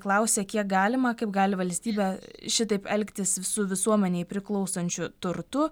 klausia kiek galima kaip gali valstybė šitaip elgtis su visuomenei priklausančiu turtu